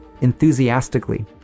enthusiastically